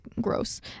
gross